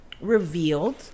revealed